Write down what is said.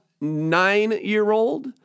nine-year-old